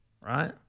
right